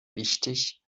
wichtig